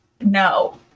no